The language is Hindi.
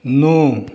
नौ